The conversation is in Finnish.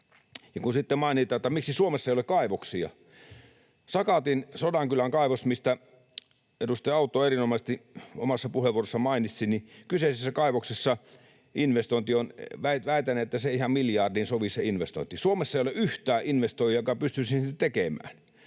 ja kun sitten mainitaan, miksi Suomessa ei ole kaivoksia: Sakatin, Sodankylän, kaivoksessa, mistä edustaja Autto erinomaisesti omassa puheenvuorossaan mainitsi, ei investointi, väitän, ihan miljardiin sovi. Suomessa ei ole yhtään investoijaa, joka pystyisi sen tekemään